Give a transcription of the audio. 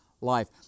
life